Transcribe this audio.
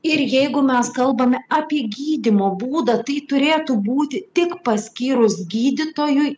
ir jeigu mes kalbame apie gydymo būdą tai turėtų būti tik paskyrus gydytojui